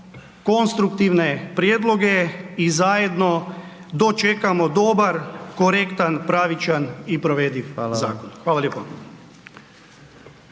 konstruktivne prijedloge i zajedno dočekamo dobar, korektan, pravičan i provediv zakon. Hvala lijepo.